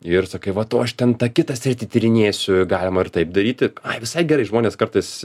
ir sakai va tau aš ten tą kitą sritį tyrinėsiu galima ir taip daryti ai visai gerai žmonės kartais